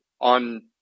on